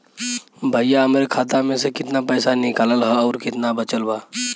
भईया हमरे खाता मे से कितना पइसा निकालल ह अउर कितना बचल बा?